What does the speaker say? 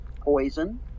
poison